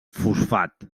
fosfat